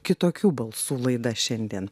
kitokių balsų laida šiandien